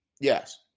Yes